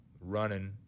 running